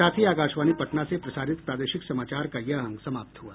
इसके साथ ही आकाशवाणी पटना से प्रसारित प्रादेशिक समाचार का ये अंक समाप्त हुआ